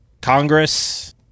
Congress